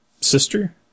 sister